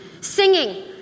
singing